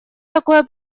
такое